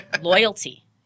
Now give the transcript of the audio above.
loyalty